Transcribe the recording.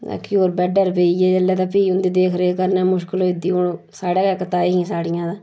बाकी होर बैडै'र पेई गे जेल्लै तां फ्ही उं'दी देख रेख करना मुश्कल होई जंदी हून साढ़ै गै इक ताईं हियां साढ़ियां तां